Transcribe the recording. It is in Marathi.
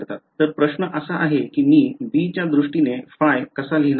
तर प्रश्न असा आहे की मी b च्या दृष्टीने ϕ कसा लिहिणार